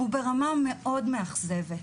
הוא ברמה מאוד מאכזבת.